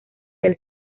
del